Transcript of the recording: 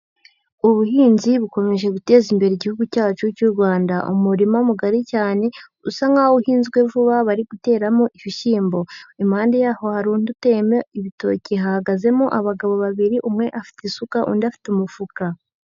Ubuhinzi bukomeje guteza imbere igihugu cyacu cy'u Rwanda. Umurima mugari cyane usa nk'aho uhinzwe vuba, bari guteramo ibishyimbo. Impande yaho hari undi uteyemo ibitoki, hahagazemo abagabo babiri umwe afite isuka, undi afite umufuka.